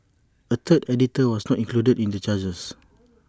A third editor was not included in the charges